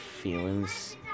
feelings